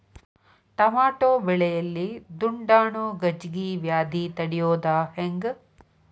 Tomato ಬೆಳೆಯಲ್ಲಿ ದುಂಡಾಣು ಗಜ್ಗಿ ವ್ಯಾಧಿ ತಡಿಯೊದ ಹೆಂಗ್?